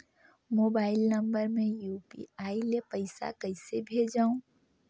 Mobile number मे UPI ले पइसा कइसे भेजवं?